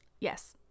yes